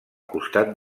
costat